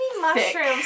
mushrooms